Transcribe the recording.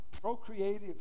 procreative